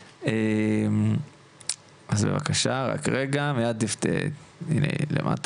ואני גם בחברה לבריאות הנפש בקהילה.